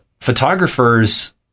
photographers